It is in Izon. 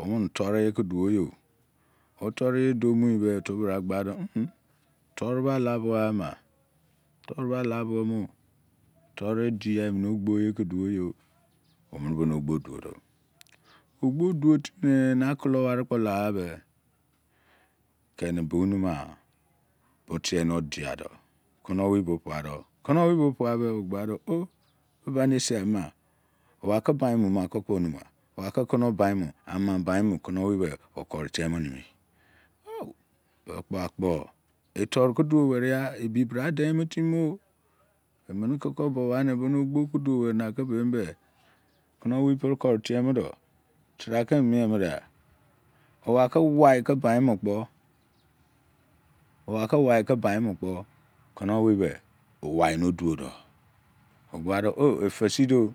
omene toru ye keduo yo otoniye duo muibe otobra gbado toru be ala buo ama toru be ala buoemi toruye diya emene ogboye duoi yo ogbo duo tini ne na koromari kpo lagha be keni buo nima bo tieno diya do kono omei bo ogbado oh! De kpo bane eseama owa ke bainmu nako kpomumughi owake kuno baimu amabaimu kono-omei be okori tiemoni mi oh! Bekpo akpo etoru ke duo meriya ebibradeimo tinimo emene kako bo qha na bone oqbo duo ba kene kono owei ke pre kori do tebra ke emumu muda owake maike baimukpo kono-owei owaino duodo ogbadi oh! Esindo